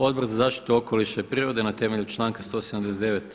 Odbor za zaštitu okoliša i prirode na temelju članka 179.